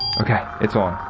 okay it's on.